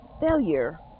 failure